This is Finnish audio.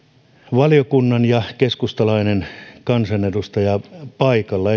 valiokunnan ja keskustalainen kansanedustaja paikalla